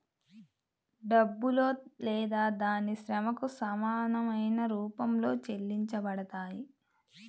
డబ్బులో లేదా దాని శ్రమకు సమానమైన రూపంలో చెల్లించబడతాయి